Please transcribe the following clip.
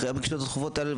ואחרי הפגישות הדחופות האלה,